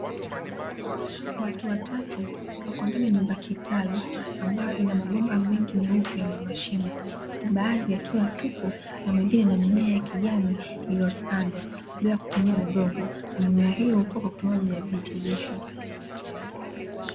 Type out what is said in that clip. Watu watatu wako ndani ya nyumba kitalu, ambayo ina mabomba mengi meupe yenye mashimo, baadhi yakiwa tupu, na mengine ni mimea ya kijani iliyopandwa bila kutumia udongo, na mimea hiyo hukua kwa kutumia unyevu wenye virutubisho.